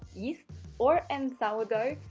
yeast or and sour dough,